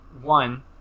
one